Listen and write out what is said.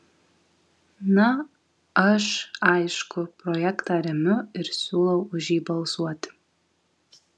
na aš aišku projektą remiu ir siūlau už jį balsuoti